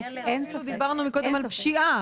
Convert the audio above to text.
אפילו דיברנו קודם על פשיעה.